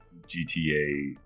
GTA